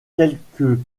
quelques